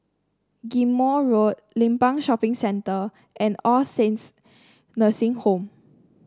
Ghim Moh Road Limbang Shopping Centre and All Saints Nursing Home